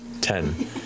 Ten